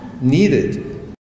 needed